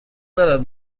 دارد